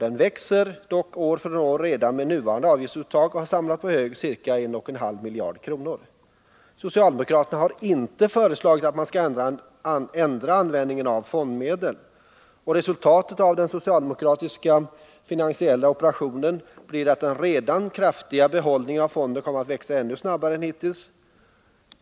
Den växer dock år från år redan med nuvarande avgiftsuttag och har samlat på hög ca 1,5 miljarder kronor. Socialdemokraterna har inte föreslagit att man skall ändra användningen av fondmedlen, och resultatet av den socialdemokratiska finansiella operationen blir att den redan kraftiga behållningen i fonden kommer att växa ännu snabbare än hittills.